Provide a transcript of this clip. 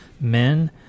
men